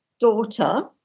daughter